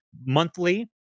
monthly